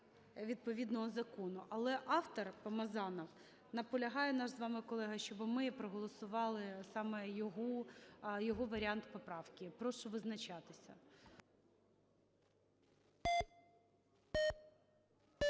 відповідного закону. Але автор Помазанов наполягає, наш з вами колега, щоби ми проголосували саме його варіант поправки. Прошу визначатися.